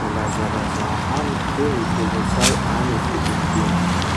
Mba lazalazao agnamiko hoe ny kolotsay agny Filimpiny?